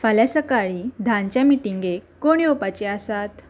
फाल्यां सकाळीं धानच्या मिटिंगेक कोण येवपाची आसात